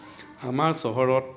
আমাৰ চহৰত